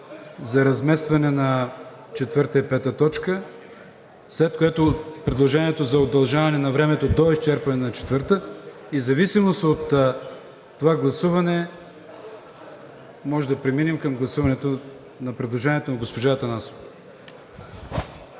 за разместване на четвърта и пета точка, след което предложението за удължаване на времето до изчерпване на четвърта и в зависимост от това гласуване можем да преминем към гласуване на предложението на госпожа Атанасова.